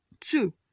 Two